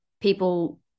people